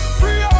free